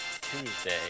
Tuesday